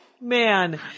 man